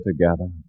together